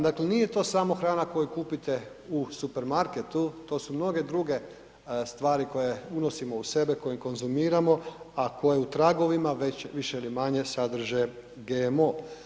Dakle, nije to samo hrana koju kupite u supermarketu to su mnoge druge stvari koje unosimo u sebe koje konzumiramo, a koje u tragovima već više ili manje sadrže GMO.